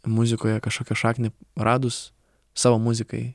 muzikoje kažkokią šaknį radus savo muzikai